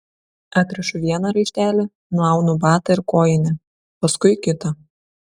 atrišu vieną raištelį nuaunu batą ir kojinę paskui kitą